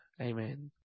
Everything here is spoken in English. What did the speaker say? Amen